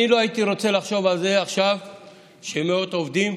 אני לא הייתי רוצה לחשוב עכשיו על זה שמאות עובדים,